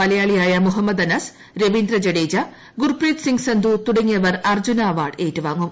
മലയാളിയായ മുഹമ്മദ് അനസ് രവീന്ദ്ര ജഡേജ ഗുർപ്രീത് സിങ് സന്തു തുടങ്ങിയവർ അർജ്ജുന അവാർഡ് ഏറ്റുവാങ്ങും